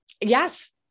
yes